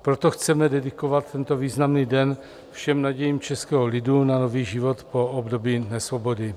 Proto chceme dedikovat tento významný den všem nadějím českého lidu na nový život po období nesvobody.